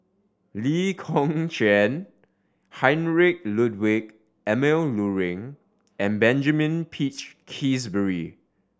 Lee Kong Chian Heinrich Ludwig Emil Luering and Benjamin Peach Keasberry